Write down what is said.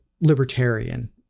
libertarian